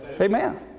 Amen